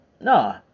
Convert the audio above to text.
No